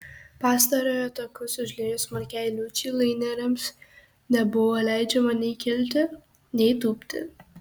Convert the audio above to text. pastarojo takus užliejus smarkiai liūčiai laineriams nebuvo leidžiama nei kilti nei tūpti